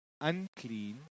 Unclean